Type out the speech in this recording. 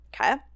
Okay